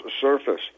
surface